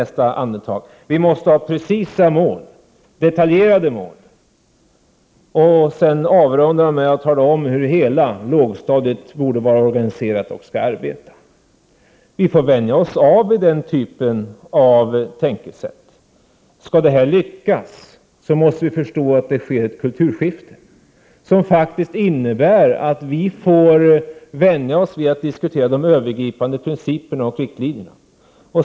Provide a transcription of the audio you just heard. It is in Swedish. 1988/89:63 ha precisa och detaljerade mål. Därefter avrundar hon med att tala om hur — 8 februari 1989 hela lågstadiet borde vara organiserat och hur det skall arbeta. Vi får vänja ZOO — AA — oss av med det sättet att tänka. Skolans utveckling och Om det hela skall lyckas måste vi förstå att det sker ett kulturskifte. Det OCR innebär att vi får vänja oss vid att diskutera de övergripande principerna och riktlinjerna.